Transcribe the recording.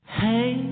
hey